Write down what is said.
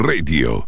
Radio